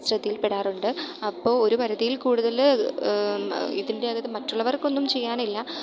ശ്രദ്ധയിൽപ്പെടാറുണ്ട് അപ്പോൾ ഒരു വരുതിയിൽ കൂടുതൽ ഇതിൻ്റെ അകത്ത് മറ്റുള്ളവർക്ക് ഒന്നും ചെയ്യാനില്ല